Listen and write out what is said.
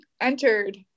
entered